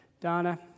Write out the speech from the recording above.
Donna